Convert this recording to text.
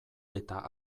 eta